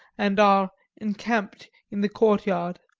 and are encamped in the courtyard.